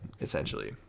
essentially